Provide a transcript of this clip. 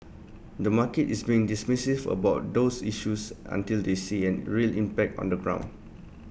the market is being dismissive about those issues until they see any real impact on the ground